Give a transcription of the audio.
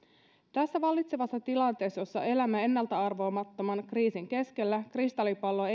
tässä vallitsevassa tilanteessa jossa elämme ennalta arvaamattoman kriisin keskellä kristallipalloa